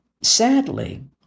Sadly